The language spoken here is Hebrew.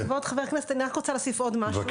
כבוד חבר הכנסת, אני רוצה להוסיף משהו על דבריה